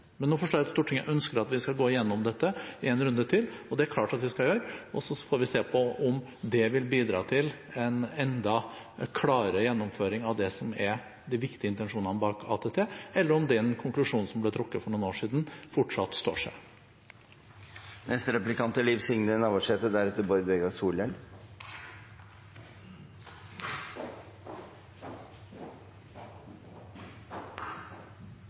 Men nå forstår jeg at Stortinget ønsker at vi skal gå igjennom dette en runde til, og det er klart vi skal gjøre det. Så får vi se om det vil bidra til en enda klarere gjennomføring av det som er de viktige intensjonene bak ATT, eller om den konklusjonen som ble trukket for noen år siden, fortsatt står seg. Spørsmålet mitt til utanriksministeren handlar om det same temaet. Utanriksministeren seier at ATT er ein juridisk bindande avtale, og at